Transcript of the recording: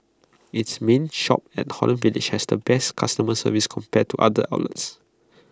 its main shop at Holland village has the best customer service compared to other outlets